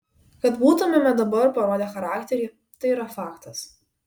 kad būtumėme dabar parodę charakterį tai yra faktas